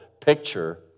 picture